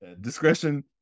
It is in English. discretion